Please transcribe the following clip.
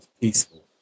peaceful